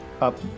up